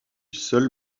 seule